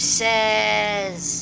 says